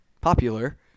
popular